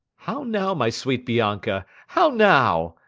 how now, my sweet bianca! how now!